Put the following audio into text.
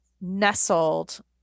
nestled